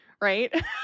right